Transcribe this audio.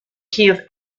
key